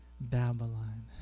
Babylon